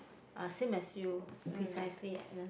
uh same as you precisely Agnes